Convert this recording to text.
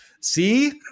see